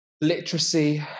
literacy